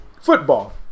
football